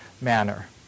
manner